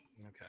Okay